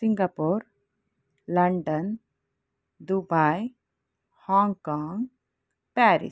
Singapore London Dubai Hong Kong Paris